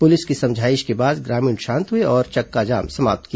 police की समझाइश के बाद ग्रामीण शांत हुए और चक्काजाम समाप्त किया